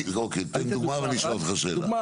אוקיי, תן דוגמא ואני אשאל אותך שאלה.